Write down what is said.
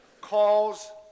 calls